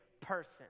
person